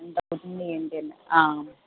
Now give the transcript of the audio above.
మీ ఇంటికా